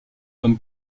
comme